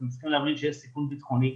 אתם צריכים להבין שיש סיכון בטחוני,